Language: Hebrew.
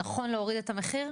ומצאתם שנכון להוריד את המחיר?